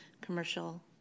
commercial